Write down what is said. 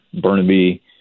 Burnaby